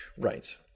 Right